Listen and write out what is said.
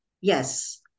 Yes